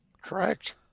Correct